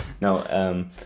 no